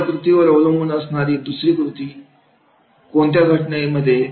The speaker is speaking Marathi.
एका कृतीवर अवलंबून असणारी दुसरी कृती कोणत्या घटनेमध्ये